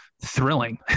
Thrilling